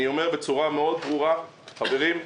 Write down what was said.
אני אומר בצורה ברורה מאוד: חברים,